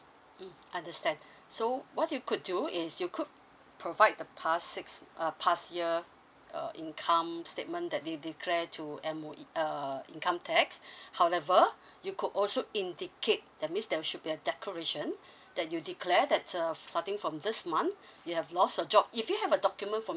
mm understand so what you could do is you could provide the past six uh past year uh income statement that they declare to M_O_E uh income tax however you could also indicate that means there should be a declaration that you declare that uh starting from this month you have lost your job if you have a document from